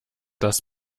das